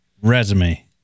resume